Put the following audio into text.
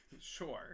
Sure